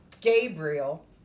Gabriel